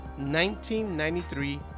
1993